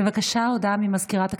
בבקשה, הודעה למזכירת הכנסת.